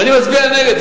ואני מצביעה נגד.